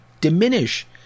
diminish